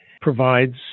provides